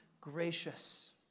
gracious